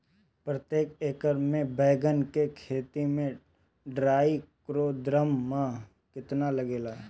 प्रतेक एकर मे बैगन के खेती मे ट्राईकोद्रमा कितना लागेला?